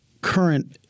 current